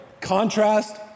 Contrast